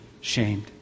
shamed